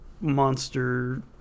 monster